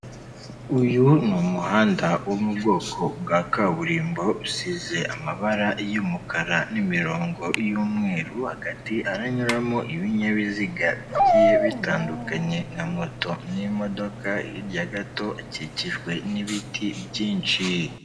Uyu ni umuhanda wo mu bwoko bwa kaburimbo, usize amabara y'umukara n'imirongo y'umweru, hagati haranyuramo ibinyabiziga bigiye bitandukanye nka moto n'imodoka hirya gato hakikijwe n'ibiti byinshi.